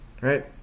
right